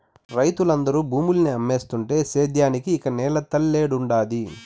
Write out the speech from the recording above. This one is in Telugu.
రైతులందరూ భూముల్ని అమ్మేస్తుంటే సేద్యానికి ఇక నేల తల్లేడుండాది